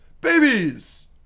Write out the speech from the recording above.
Babies